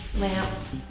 lamps,